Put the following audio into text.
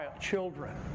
children